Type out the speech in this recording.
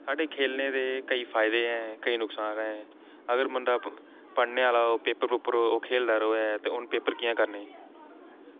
साढ़े खेलने दे केईं फायदे ऐ केईं नुकसान ऐं अगर बंदा पढ़ने आह्ला होऐ पेपर पूपर होऐ ओह् खेलदा र'वै ते उ'न्नै पेपर कि'यां करने